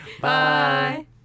Bye